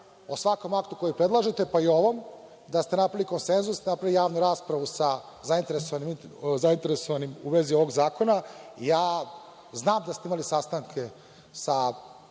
o svakom aktu koji predlažete, pa i o ovom, da ste napravili konsenzus, napravili javnu raspravu sa zainteresovanima u vezi ovog zakona. Znam da ste imali sastanke sa